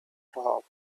top